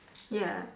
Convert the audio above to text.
ya